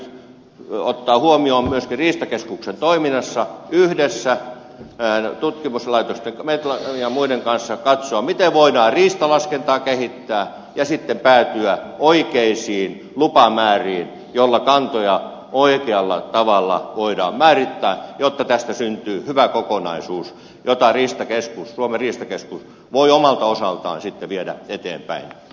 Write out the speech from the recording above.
tämä pitäisi nyt ottaa huomioon myöskin riistakeskuksen toiminnassa ja yhdessä tutkimuslaitosten metlan ja muiden kanssa katsoa miten voidaan riistalaskentaa kehittää ja sitten päätyä oikeisiin lupamääriin joilla kantoja oikealla tavalla voidaan määrittää jotta tästä syntyy hyvä kokonaisuus jota suomen riistakeskus voi omalta osaltaan viedä eteenpäin